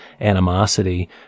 animosity